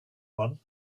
one